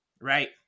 right